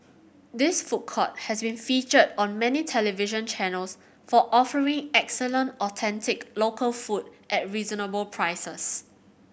this food court has been featured on many television channels for offering excellent authentic local food at reasonable prices